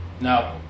No